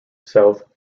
south